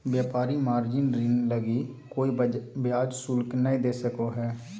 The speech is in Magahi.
व्यापारी मार्जिन ऋण लगी कोय ब्याज शुल्क नय दे सको हइ